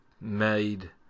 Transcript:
made